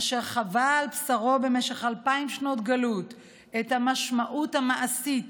אשר חווה על בשרו במשך אלפיים שנות גלות את המשמעות המעשית